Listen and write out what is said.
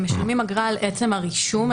הם משלמים אגרה על עצם הרישום,